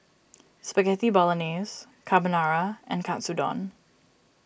Spaghetti Bolognese Carbonara and Katsudon